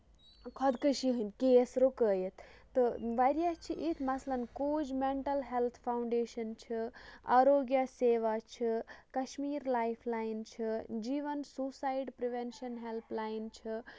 خۄدکٔشی ہِندۍ کیس رُکٲیِتھ تہٕ واریاہ چھِ یِتھ مسلَن کوٗج مینٹَل ہیلٕتھ فاوڈیشن چھِ اَروگیا سیوا چھِ کَشمیٖر لایف لاین چھِ Jeevan suicide prevention helpline چھِ